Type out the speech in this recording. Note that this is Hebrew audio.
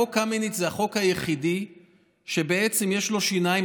חוק קמיניץ הוא החוק היחיד שבעצם יש לו שיניים,